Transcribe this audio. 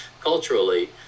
culturally